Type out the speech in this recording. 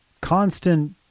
constant